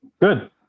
Good